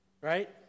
right